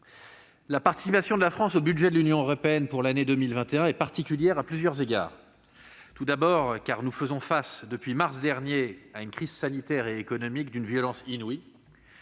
la participation de la France au budget de l'Union européenne pour l'année 2021 est particulière à plusieurs égards. D'abord, nous faisons face depuis le mois de mars dernier à une crise sanitaire et économique d'une violence inouïe.